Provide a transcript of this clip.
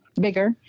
bigger